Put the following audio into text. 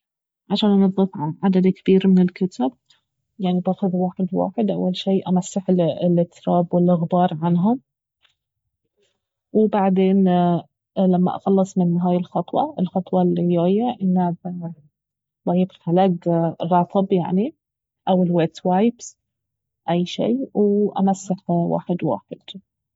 عشان انظف عدد كبير من الكتب يعني باخذ واحد واحد امسح اول شي التراب والغبار عنهم وبعدين لما اخلص من هاي الخطوة الخطوة الياية انه باييب خلق رطب يعني او الويت وايبس أي شي وامسح واحد واحد